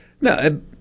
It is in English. no